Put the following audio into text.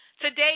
Today